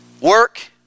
Work